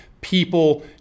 people